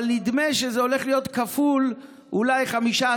אבל נדמה שזה הולך להיות כפול אולי 5,